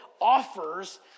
offers